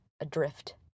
adrift